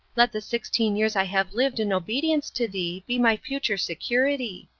let the sixteen years i have lived in obedience to thee be my future security.